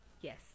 yes